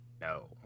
No